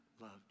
loved